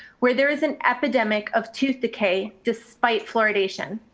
where there is an epidemic of tooth decay despite fluoridation.